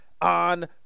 on